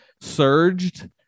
surged